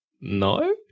no